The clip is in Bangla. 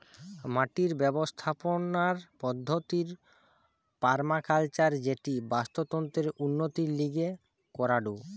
মাটির ব্যবস্থাপনার পদ্ধতির পার্মাকালচার যেটি বাস্তুতন্ত্রের উন্নতির লিগে করাঢু